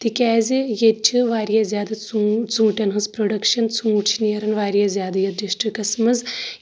تِکیٚازِ ییٚتہِ چھِ واریاہ زیادٕ ژوٗٹھ ژوٗنٹھیٚن ہٕنٛز پروڈکشن ژوٗنٹھۍ چھِ نیران واریاہ زیادٕ یَتھ ڈسٹکس منٛز